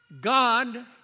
God